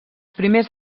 primers